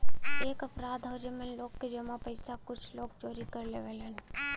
एक अपराध हौ जेमन लोग क जमा पइसा कुछ लोग चोरी कर लेवलन